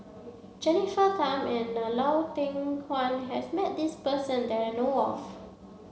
Jennifer Tham and Lau Teng Chuan has met this person that I know of